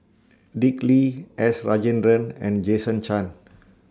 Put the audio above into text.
Dick Lee S Rajendran and Jason Chan